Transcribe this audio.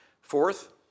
Fourth